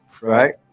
right